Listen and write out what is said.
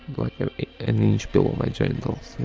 like an inch below my genitals,